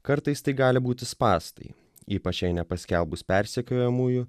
kartais tai gali būti spąstai ypač jei nepaskelbus persekiojamųjų